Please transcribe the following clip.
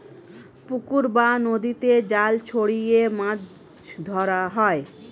পুকুর বা নদীতে জাল ছড়িয়ে মাছ ধরা হয়